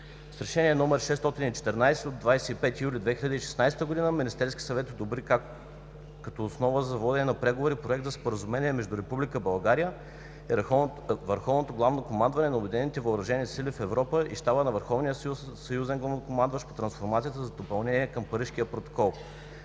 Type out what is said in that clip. С Решение № 614 от 25 юли 2016 г. Министерският съвет одобри като основа за водене на преговори Проект на Споразумение между Република България и Върховното Главно Командване на Обединените Въоръжени сили в Европа и Щаба на Върховния съюзен главнокомандващ по трансформацията за допълнение към Парижкия протокол.